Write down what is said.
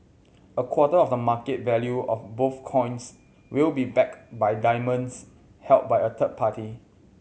a quarter of the market value of both coins will be backed by diamonds held by a third party